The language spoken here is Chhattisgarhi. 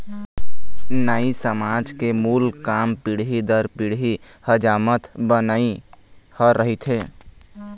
नाई समाज के मूल काम पीढ़ी दर पीढ़ी हजामत बनई ह रहिथे